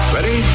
Ready